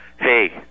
hey